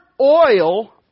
oil